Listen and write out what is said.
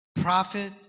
prophet